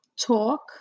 talk